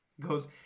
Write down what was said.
goes